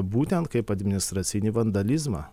būtent kaip administracinį vandalizmą